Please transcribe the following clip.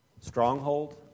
stronghold